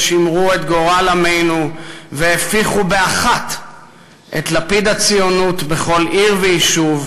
ששימרו את גורל עמנו והפיחו באחת את לפיד הציונות בכל עיר ויישוב,